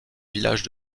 village